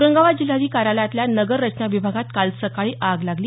औरंगाबाद जिल्हाधिकारी कार्यालयातल्या नगर रचना विभागात काल सकाळी आग लागली